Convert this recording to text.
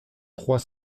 trois